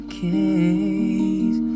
case